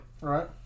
Right